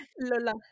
Lola